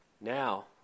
Now